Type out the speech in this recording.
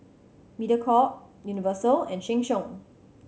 Mediacorp Universal and Sheng Siong